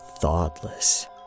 thoughtless